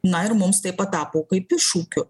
na ir mums tai patapo kaip iššūkiu